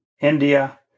India